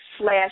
slash